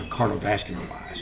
cardiovascular-wise